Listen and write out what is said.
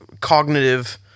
cognitive